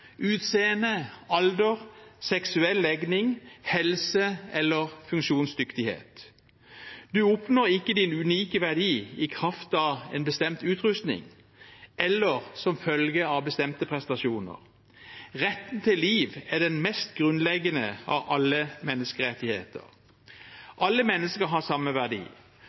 utseende, alder, seksuell legning, helse eller funksjonsdyktighet. Man oppnår ikke sin unike verdi i kraft av en bestemt utrusning eller som følge av bestemte prestasjoner. Retten til liv er den mest grunnleggende av alle menneskerettigheter. Alle mennesker har samme verdi,